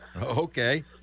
Okay